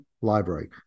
library